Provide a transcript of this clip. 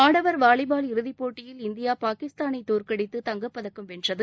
ஆடவர் வாலிபால் இறுதிப் போட்டியில் இந்தியா பாகிஸ்தானை தோற்கடித்து தங்கப் பதக்கம் வென்றது